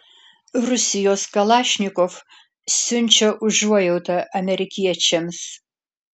rusijos kalašnikov siunčia užuojautą amerikiečiams